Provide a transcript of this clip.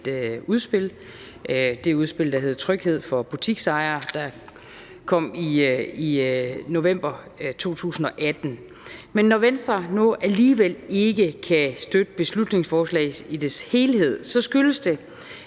nemlig det udspil, der hed »Tryghed for butiksejere«, der kom i november 2018. Men når Venstre nu alligevel ikke kan støtte beslutningsforslaget i dets helhed, skyldes det,